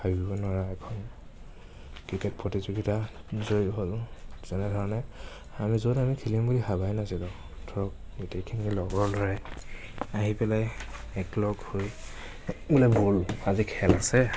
ভাবিব নোৱাৰা এখন ক্ৰিকেট প্ৰতিযোগিতা জয়ী হ'লোঁ যেনেধৰণে আমি য'ত আমি খেলিম বুলি ভবাই নাছিলোঁ ধৰক গোটেইখিনি লগৰ ল'ৰাই আহি পেলাই একলগ হৈ মানে ব'ল আজি খেল আছে